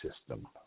system